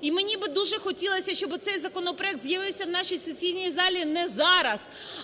І мені би дуже хотілося, щоби цей законопроект з'явився в нашій сесійній залі не зараз,